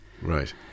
Right